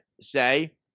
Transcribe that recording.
say